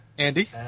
Andy